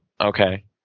Okay